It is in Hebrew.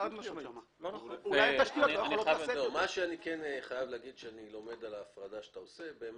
אני רוצה לספר את